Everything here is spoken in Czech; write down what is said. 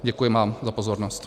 Děkuji vám za pozornost.